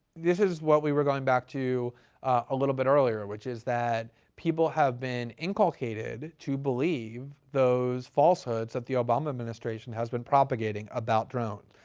this is what we were going back to a little bit earlier, which is that people have been inculcated to believe those falsehoods that the obama administration has been propagating about drones,